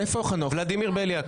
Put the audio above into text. ולדימיר בליאק.